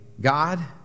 God